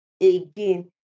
again